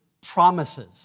promises